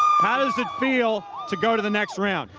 how does it feel to go to the next round?